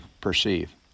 perceive